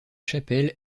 chapelle